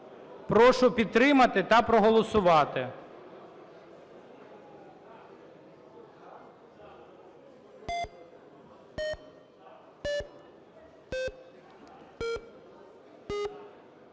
Прошу підтримати та проголосувати.